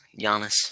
Giannis